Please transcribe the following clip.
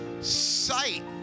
sight